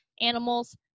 animals